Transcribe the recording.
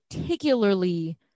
particularly